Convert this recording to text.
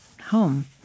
home